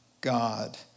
God